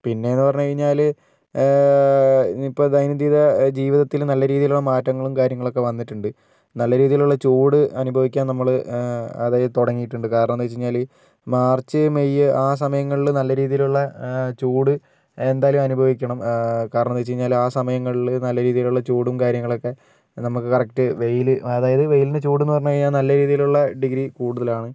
പിന്നേന്ന് പറഞ്ഞ് കഴിഞ്ഞാല് ഇനിയിപ്പം ദൈനംദിന ജീവിതത്തില് നല്ല രീതിയിലുള്ള മാറ്റങ്ങളും കാര്യങ്ങളൊക്കെ വന്നിട്ടുണ്ട് നല്ല രീതിയിലുള്ള ചൂട് അനുഭവിക്കാൻ നമ്മള് അതായത് തുടങ്ങിയിട്ടുണ്ട് കാരണമെന്താണെന്ന് വെച്ച് കഴിഞ്ഞാല് മാർച്ച് മെയ്യ് ആ സമയങ്ങളില് നല്ല രീതിയിലുള്ള ചൂട് എന്തായാലും അനുഭവിക്കണം കാരണം എന്താണെന്ന് വെച്ച് കഴിഞ്ഞാല് ആ സമയങ്ങളില് നല്ല രീതിയിലുള്ള ചൂടും കാര്യങ്ങളുവൊക്കെ നമുക്ക് കറക്റ്റ് വെയില് അതായത് വെയിലിൻ്റെ ചൂടെന്ന് പറഞ്ഞ് കഴിഞ്ഞാൽ നല്ല രീതിയിലുള്ള ഡിഗ്രി കൂടുതലാണ്